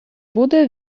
буде